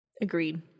Agreed